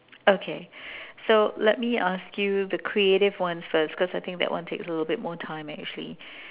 okay so let me ask you the creative ones first because I think that one takes a little bit more time actually